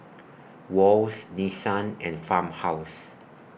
Wall's Nissan and Farmhouse